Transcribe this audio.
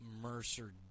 Mercer